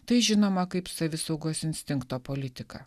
tai žinoma kaip savisaugos instinkto politika